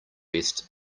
best